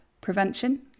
Prevention